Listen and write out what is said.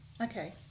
Okay